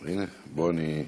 הנה, בוא, אני,